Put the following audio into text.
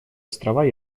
острова